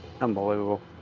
Unbelievable